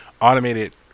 automated